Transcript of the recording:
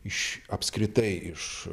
iš apskritai iš